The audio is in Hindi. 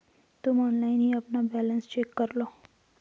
तुम ऑनलाइन ही अपना बैलन्स चेक करलो